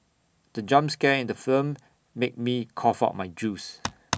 the jump scare in the film made me cough out my juice